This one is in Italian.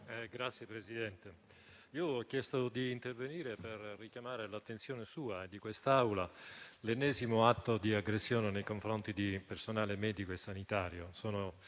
Signor Presidente, ho chiesto di intervenire per richiamare l'attenzione sua e di quest'Assemblea rispetto all'ennesimo atto di aggressione nei confronti di personale medico e sanitario.